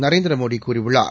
நரேந்திரமோடி கூறியுள்ளார்